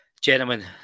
gentlemen